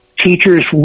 Teachers